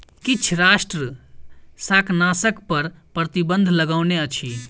किछ राष्ट्र शाकनाशक पर प्रतिबन्ध लगौने अछि